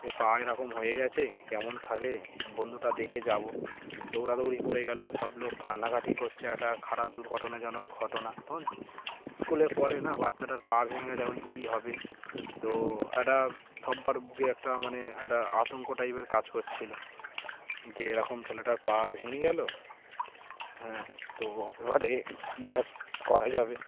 যে পা এরকম হয়ে গেছে কেমন থাকে বন্ধুটা দেখে যাব দৌড়াদৌড়ি পড়ে গেল সব লোক কান্নাকাটি করছে একটা খারাপ দুর্ঘটনাজনক ঘটনা তখন স্কুলে পড়ে না বাচ্চাটার পা ভেঙে গিয়েছে এখন কী হবে তো একটা সব্বার বুকে একটা মানে একটা আতঙ্ক টাইপের কাজ করছিল যে এরকম ছেলেটার পা ভেঙে গেল হ্যাঁ তো এবারে কী আর করা যাবে